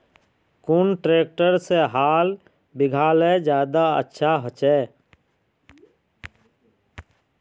कुन ट्रैक्टर से हाल बिगहा ले ज्यादा अच्छा होचए?